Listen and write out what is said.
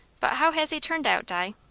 but how has he turned out, die?